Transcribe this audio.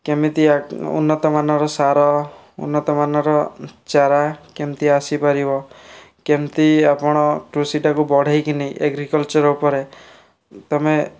କେମିତିଆ ଉନ୍ନତ ମାନର ସାର ଉନ୍ନତ ମାନର ଚାରା କେମିତି ଆସିପାରିବ କେମିତି ଆପଣ କୃଷିଟାକୁ ବଢାଇକରି ଏଗ୍ରିକଲଚର୍ ଉପରେ ତମେ